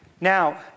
Now